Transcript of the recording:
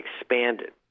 expanded